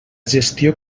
gestió